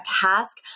task